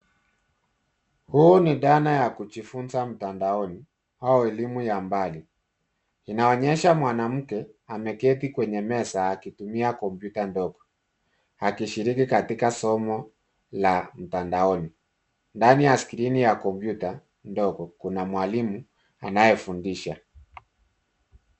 Hii ni dhana ya kujifunza mtandaoni, au elimu ya mbali. Inaonyesha mwanamke, ameketi kwenye meza akitumia kompyuta ndogo. Akishiriki katika somo, la mtandaoni. Ndani ya skrini ya kompyuta ndogo, kuna mwalimu, anayefundisha.